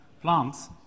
plants